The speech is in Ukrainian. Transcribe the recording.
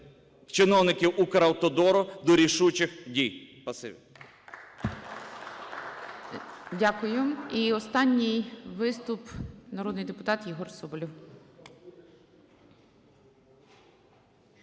чиновників Укравтодору до рішучих дій.